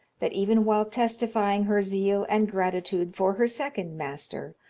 that even while testifying her zeal and gratitude for her second master,